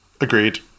Agreed